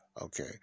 Okay